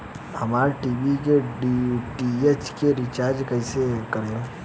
हमार टी.वी के डी.टी.एच के रीचार्ज कईसे करेम?